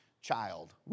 child